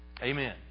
Amen